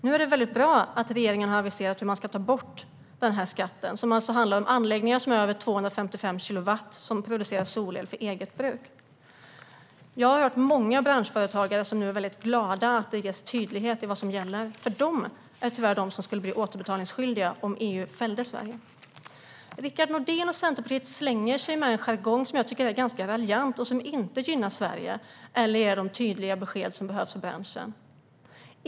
Nu är det bra att regeringen har aviserat att man ska ta bort den här skatten, som alltså handlar om anläggningar med över 250 kilowatt som producerar solel för eget bruk. Jag har hört många branschföretagare som nu är väldigt glada att det är tydligt vad som gäller, för de är tyvärr de som skulle bli återbetalningsskyldiga om EU fällde Sverige. Rickard Nordin och Centerpartiet slänger sig med en jargong som jag tycker är ganska raljant och som inte gynnar Sverige eller ger de tydliga besked som behövs i branschen.